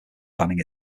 banning